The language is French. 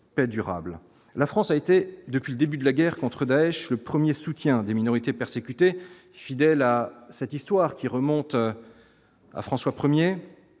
paix durable, la France a été depuis le début de la guerre contre Daech le 1er soutien des minorités persécutées fidèle à cette histoire qui remonte à François 1er